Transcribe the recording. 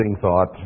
thought